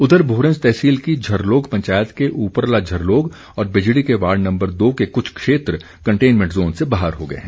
उधर भोरंज तहसील की झरलोग पंचायत के उपरला झरलोग और बिझड़ी के वार्ड नम्बर दो के कुछ क्षेत्र कंटेनमेंट ज़ोन से बाहर हो गए हैं